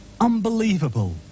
Unbelievable